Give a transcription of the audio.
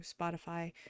spotify